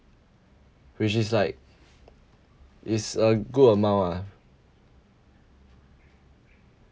which is like it's a good amount ah